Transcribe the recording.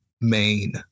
main